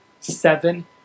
seven